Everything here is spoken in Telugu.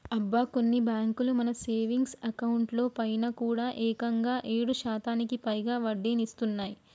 అబ్బా కొన్ని బ్యాంకులు మన సేవింగ్స్ అకౌంట్ లో పైన కూడా ఏకంగా ఏడు శాతానికి పైగా వడ్డీనిస్తున్నాయి